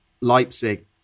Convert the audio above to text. Leipzig